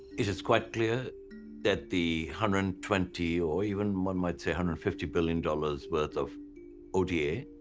it's quite clear that the hundred and twenty or even one might say hundred fifty billion dollars worth of oda,